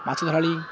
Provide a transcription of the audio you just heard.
ମାଛ ଧରାଳୀ